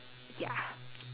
ya